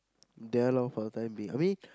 there lor for the time being I mean